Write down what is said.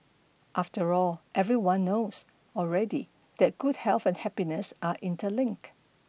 after all everyone knows already that good health and happiness are interlinked